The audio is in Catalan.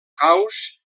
caus